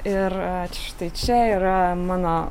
ir štai čia yra mano